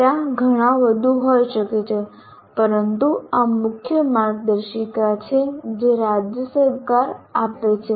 ત્યાં ઘણા વધુ હોઈ શકે છે પરંતુ આ મુખ્ય માર્ગદર્શિકા છે જે રાજ્ય સરકાર આપે છે